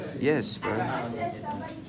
Yes